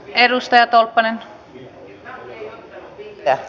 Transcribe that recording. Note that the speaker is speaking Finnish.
edustajat ottanut vihreää